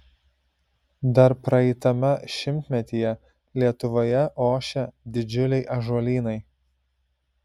dar praeitame šimtmetyje lietuvoje ošė didžiuliai ąžuolynai